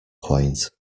quaint